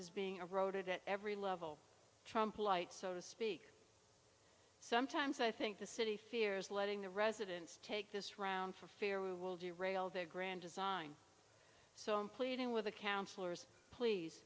is being eroded at every level trump light so to speak sometimes i think the city fears letting the residents take this round for fear will derail their grand design so i'm pleading with the councillors please